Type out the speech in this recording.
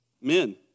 Men